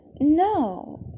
No